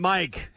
Mike